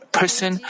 person